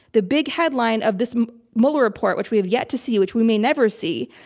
the big headline of this mueller report, which we have yet to see, which we may never see,